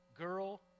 girl